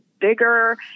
bigger